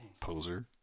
Poser